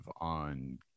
on